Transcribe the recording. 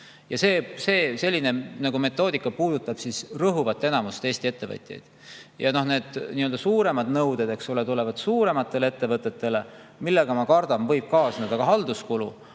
Ja selline metoodika puudutab rõhuvat enamust Eesti ettevõtjaid. [Rangemad] nõuded tulevad suurematele ettevõtetele, millega, ma kardan, võib kaasneda ka halduskulu,